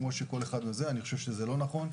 כמו כל אחד ואני חושב שזה לא נכון.